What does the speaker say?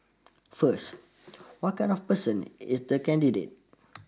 first what kind of person is the candidate